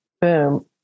Boom